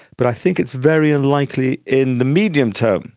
but i think it's very unlikely in the medium term